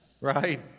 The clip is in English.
Right